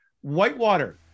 Whitewater